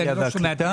אני